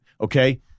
Okay